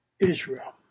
Israel